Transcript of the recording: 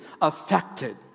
affected